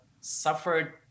suffered